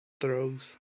throws